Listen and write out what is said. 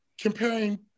comparing